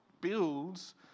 builds